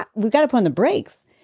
but we've got to put on the brakes.